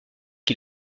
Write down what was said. qui